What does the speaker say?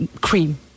cream